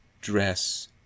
dress